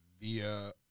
via